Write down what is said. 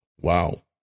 Wow